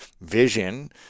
vision